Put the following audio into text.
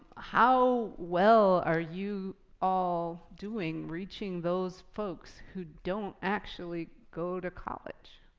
how well are you all doing reaching those folks who don't actually go to college?